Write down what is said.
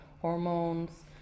hormones